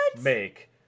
make